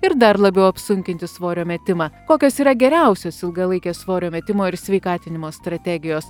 ir dar labiau apsunkinti svorio metimą kokios yra geriausios ilgalaikės svorio metimo ir sveikatinimo strategijos